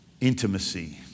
Intimacy